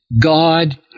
God